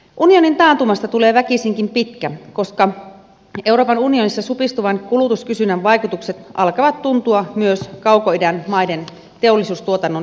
unionin taantumasta tulee väkisinkin pitkä koska euroopan unionissa supistuvan kulutuskysynnän vaikutukset alkavat tuntua myös kaukoidän maiden teollisuustuotannon hiipumisena